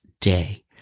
day